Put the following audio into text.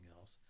else